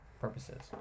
purposes